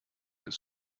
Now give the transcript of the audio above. des